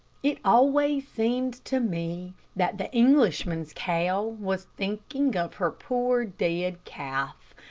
it always seemed to me that the englishman's cow was thinking of her poor dead calf,